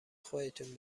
خودتون